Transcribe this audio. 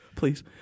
please